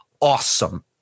awesome